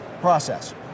process